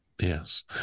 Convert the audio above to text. yes